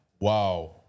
wow